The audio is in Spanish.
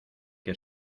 que